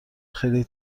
خیلی